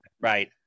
Right